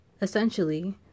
essentially